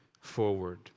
forward